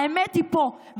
האמת היא פה,